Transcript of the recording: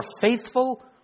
faithful